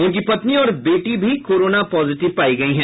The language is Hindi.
उनकी पत्नी और बेटी भी कोरोना पॉजिटिव पायी गयी हैं